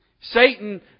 Satan